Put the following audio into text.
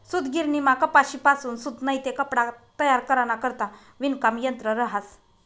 सूतगिरणीमा कपाशीपासून सूत नैते कपडा तयार कराना करता विणकाम यंत्र रहास